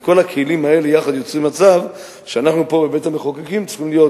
וכל הכלים האלה יחד יוצרים מצב שאנחנו פה בבית-המחוקקים צריכים להיות